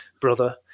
brother